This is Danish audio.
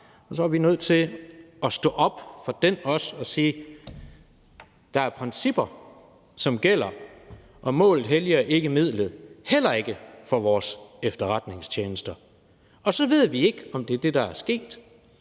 og så er vi nødt til at stå op for den også og sige, at der er principper, som gælder, og målet helliger ikke midlet, heller ikke for vores efterretningstjenester. Vi ved ikke, om det er det, der er sket,